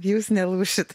jūs nelūšit